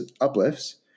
uplifts